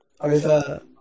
Over